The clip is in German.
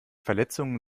verletzungen